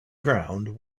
ground